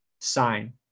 sign